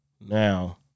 now